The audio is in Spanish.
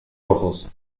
rojos